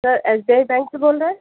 sir S B I bank سے بول رہے ہیں